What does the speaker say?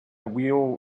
wheel